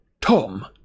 Tom